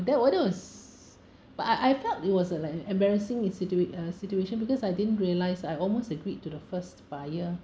that [one] was but I I felt it was uh like an embarrassing situa~ situation because I didn't realise I almost agreed to the first buyer